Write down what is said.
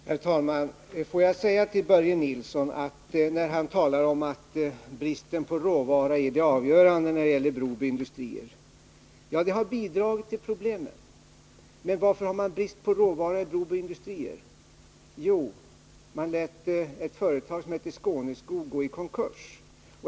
Herr talman! Börje Nilsson hävdar att bristen på råvara är avgörande för Broby industrier. Får jag till det säga att råvarubristen bidragit till problemen. Men varför har man brist på råvara vid Broby industrier? Jo, man lät en förening som hette Skåneskog gå i konkurs.